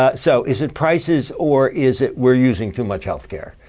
ah so is it prices or is it we're using too much health care?